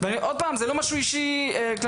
ואני רוצה לציין שזה לא משהו אישי כלפיך,